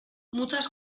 muchas